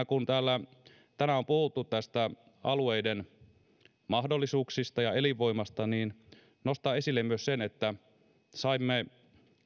kun täällä tänään on puhuttu alueiden mahdollisuuksista ja elinvoimasta pidän hyvin merkittävänä nostaa esille myös sen että saimme